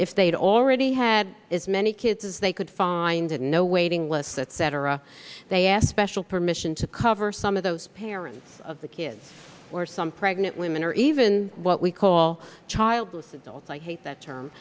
if they'd already had as many kids as they could find and no waiting lists etc they asked special permission to cover some of those parents of the kids or some pregnant women or even what we call childless adults i hate that term